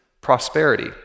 prosperity